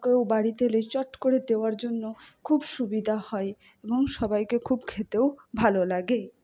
কেউ বাড়িতে এলেই চট করে দেওয়ার জন্য খুব সুবিধা হয় এবং সবাইকে খুব খেতেও ভালো লাগে